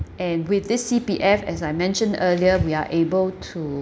and with this C_P_F as I mentioned earlier we are able to